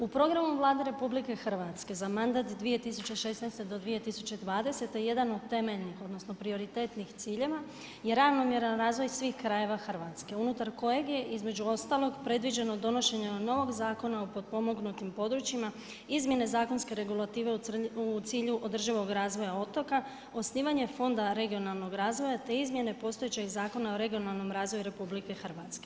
U programu Vlade RH za mandat 2016. do 2020., jedan od temeljni odnosno prioritetnih ciljeva je ravnomjeran razvoj svih krajeva Hrvatske unutar kojeg je između ostalog, predviđeno donošenje novog Zakona o potpomognutim područjima, izmjene zakonske regulative u cilju održivog razvoja otoka, osnivanje fonda regionalnog razvoja te izmjene postojećeg Zakona o regionalnom razvoju RH.